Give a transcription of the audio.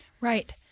Right